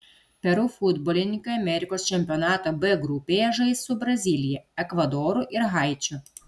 peru futbolininkai amerikos čempionato b grupėje žais su brazilija ekvadoru ir haičiu